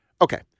Okay